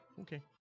Okay